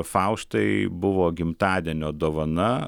faustai buvo gimtadienio dovana